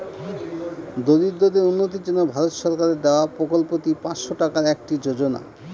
দরিদ্রদের উন্নতির জন্য ভারত সরকারের দেওয়া প্রকল্পিত পাঁচশো টাকার একটি যোজনা